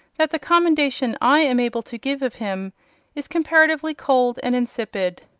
that the commendation i am able to give of him is comparatively cold and insipid.